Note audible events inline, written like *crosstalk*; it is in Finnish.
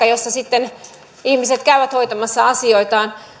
*unintelligible* jossa sitten ihmiset käyvät hoitamassa asioitaan